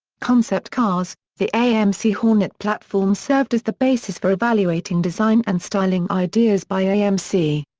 concept cars the amc hornet platform served as the basis for evaluating design and styling ideas by amc.